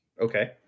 Okay